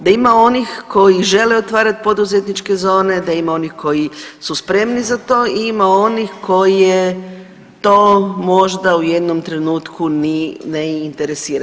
Da ima onih koji žele otvarati poduzetničke zone, da ima onih koji su spremni za to i ima onih koje to možda u jednom trenutku ne interesira.